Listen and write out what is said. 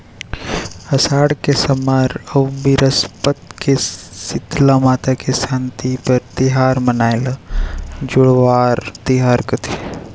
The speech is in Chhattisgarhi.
असाड़ के सम्मार अउ बिरस्पत के सीतला माता के सांति बर तिहार मनाई ल जुड़वास तिहार कथें